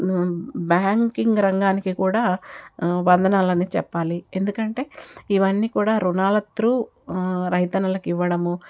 banking రంగానికి కూడా వందనాలనే చెప్పాలి ఎందుకంటే ఇవన్నీ కూడా రుణాల త్రూ రైతన్నలకు ఇవ్వడము